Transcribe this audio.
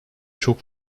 çok